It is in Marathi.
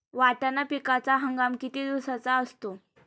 वाटाणा पिकाचा हंगाम किती दिवसांचा असतो?